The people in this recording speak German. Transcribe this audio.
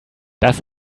das